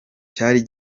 cyari